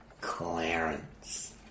Clarence